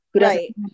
Right